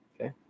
Okay